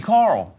Carl